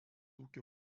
ūkio